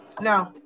No